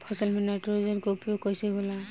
फसल में नाइट्रोजन के उपयोग कइसे होला?